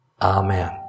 Amen